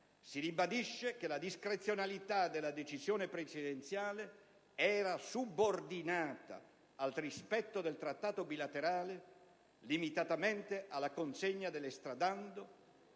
si ribadisce che la discrezionalità della decisione presidenziale era subordinata al rispetto del Trattato bilaterale limitatamente alla consegna dell'estradando;